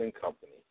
Company